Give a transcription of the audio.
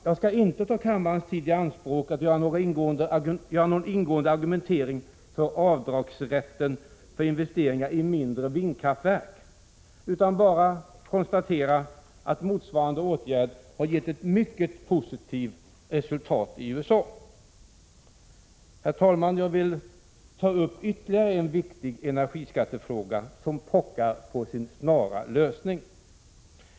Jag skall inte ta kammarens tid i anspråk till någon ingående argumentering för avdragsrätten för investering i mindre vindkraftverk, utan jag bara konstaterar att motsvarande åtgärd har gett mycket positivt resultat i USA. Herr talman! Jag vill ta upp ytterligare en viktig energiskattefråga som pockar på sin snara lösning.